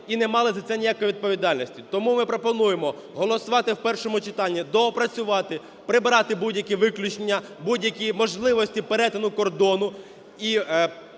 і не мали за це ніякої відповідальності. Тому ми пропонуємо голосувати в першому читанні. Доопрацювати, прибрати будь-які виключення, будь-які можливості перетину кордону